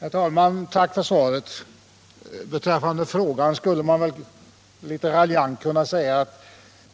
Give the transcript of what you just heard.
Herr talman! Tack för svaret! Beträffande frågan skulle man litet raljant kunna säga att